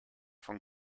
von